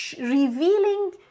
revealing